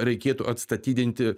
reikėtų atstatydinti